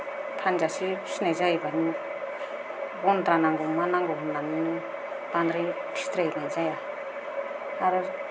फानजासे फिसिनाय जायोबानो अन दानांगौ मानांगौ होन्नानै बांद्राय फिसिद्रायनाय जाया आरो